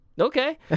okay